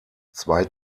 zwei